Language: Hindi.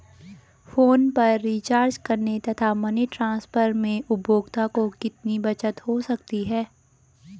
फोन पर रिचार्ज करने तथा मनी ट्रांसफर में उपभोक्ता को कितनी बचत हो सकती है?